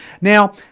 Now